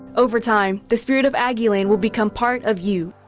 over time, the spirit of aggieland will become part of you,